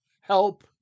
help